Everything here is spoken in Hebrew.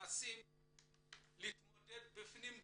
שמנסים להתמודד בפנים בשקט.